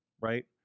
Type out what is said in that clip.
right